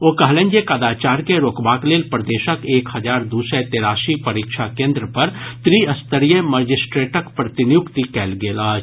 ओ कहलनि जे कदाचार के रोकबाक लेल प्रदेशक एक हजार दू सय तेरासी परीक्षा केंद्र पर त्रिस्तरीय मजिस्ट्रेटक प्रतिनियुक्ति कयल गेल अछि